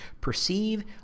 perceive